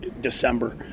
December